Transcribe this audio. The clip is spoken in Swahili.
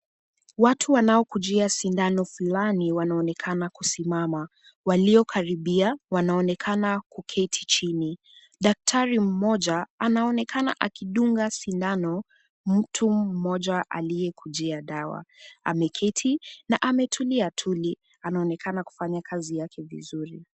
Watu wanaokujia sindano fulani wanaonekana kusimama. Waliokaribia wanaonekana kuketi chini. Daktari mmoja anaonekana akidunga sindano mtu mmoja aliyekujia dawa. Ameketi na ametulia tuli anaonekana kufanya kazi yake vizuri.